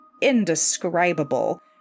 indescribable